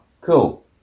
cool